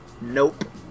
Nope